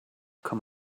come